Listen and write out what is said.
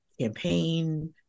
campaign